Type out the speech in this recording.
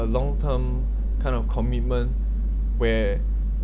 a long term kind of commitment where